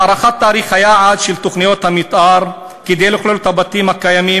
בהארכת תאריך היעד של תוכניות המתאר כדי לכלול את הבתים הקיימים,